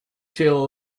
till